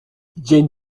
dzień